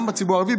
גם בציבור הערבי,